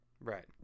Right